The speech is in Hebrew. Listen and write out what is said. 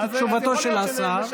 את תשובתו של השר.